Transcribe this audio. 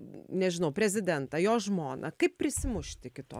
nežinau prezidentą jo žmoną kaip prisimušt iki to